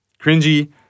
cringy